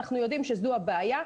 אנחנו יודעים שזו הבעיה.